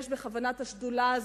יש בכוונת השדולה הזאת,